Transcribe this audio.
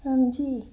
ਹਾਂਜੀ